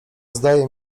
zdaje